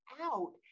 out